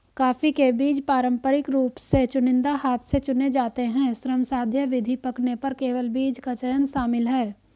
coffee के बीज पारंपरिक रूप से चुनिंदा हाथ से चुने जाते हैं, श्रमसाध्य विधि, पकने पर केवल बीज का चयन शामिल है